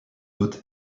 dote